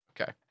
okay